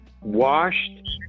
washed